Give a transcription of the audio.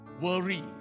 worry